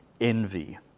envy